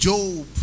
Job